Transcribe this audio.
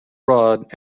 rod